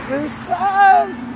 inside